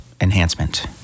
enhancement